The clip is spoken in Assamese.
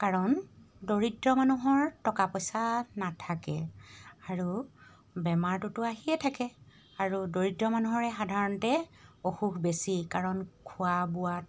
কাৰণ দৰিদ্ৰ মানুহৰ টকা পইচা নাথাকে আৰু বেমাৰটোতো আহিয়ে থাকে আৰু দৰিদ্ৰ মানুহৰে সাধাৰণতে অসুখ বেছি কাৰণ খোৱা বোৱা